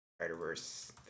Spider-Verse